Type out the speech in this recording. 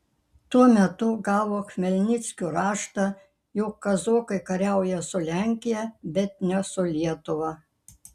tuo metu gavo chmelnickio raštą jog kazokai kariauja su lenkija bet ne su lietuva